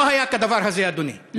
לא היה כדבר הזה, אדוני.